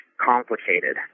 complicated